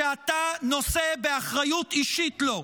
שאתה נושא באחריות אישית לו.